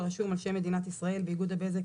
הרשום על שם מדינת ישראל באיגוד הבזק